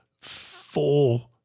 four